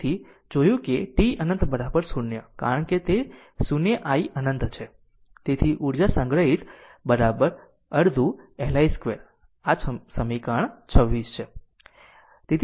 પરંતુ એ જોયું કે i અનંત 0 છે કારણ કે તે 0 i અનંત છે અનંત તેથી ઊર્જા સંગ્રહિત half Li 2 આ સમીકરણ 26 છે